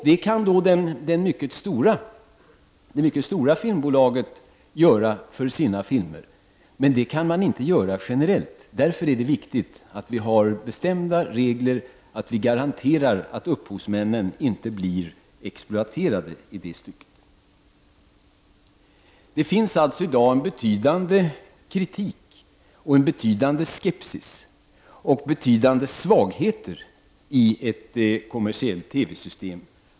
Detta kan det mycket stora filmbolaget göra för sina filmer, men det kan inte göras generellt. Det är därför viktigt att vi har bestämda regler som garanterar att upphovsmännen inte blir exploaterade i detta stycke. Det finns alltså i dag en betydande kritik, en betydande skepsis och betydande svagheter i ett kommersiellt TV-system.